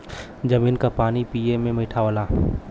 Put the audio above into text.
जमीन क पानी पिए में मीठा होला